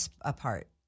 apart